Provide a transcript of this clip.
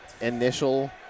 initial